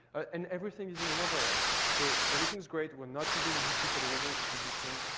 and everything is in an overlay. so everything is great. we're not using the gpu for the window composition.